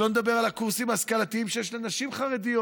שלא נדבר על הקורסים ההשכלתיים שיש לנשים חרדיות.